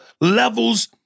levels